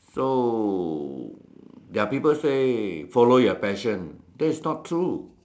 so there are people say follow your passion that's not true